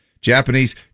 Japanese